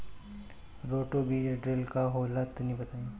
Roto बीज drill का होला तनि बताई?